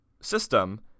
system